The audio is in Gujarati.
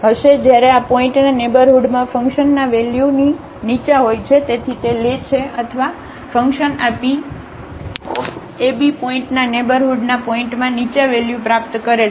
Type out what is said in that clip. જ્યારે આ પોઇન્ટના નેઇબરહુડમાં ફંકશનનાં વેલ્યુ નીચા હોય છે તેથી તે લે છે અથવા ફંક્શન આ પી ab પોઇન્ટના નેઇબરહુડના પોઇન્ટમાં નીચા વેલ્યુ પ્રાપ્ત કરે છે